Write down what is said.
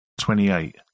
twenty-eight